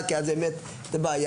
בהוראות הכלליות.